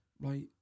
Right